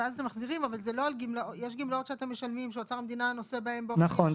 יש גמלאות שאוצר המדינה נושא בהם באופן --- נכון,